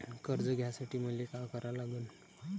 कर्ज घ्यासाठी मले का करा लागन?